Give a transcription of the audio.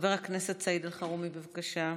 חבר הכנסת סעיד אלחרומי, בבקשה.